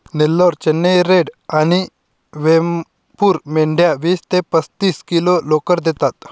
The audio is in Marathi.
नेल्लोर, चेन्नई रेड आणि वेमपूर मेंढ्या वीस ते पस्तीस किलो लोकर देतात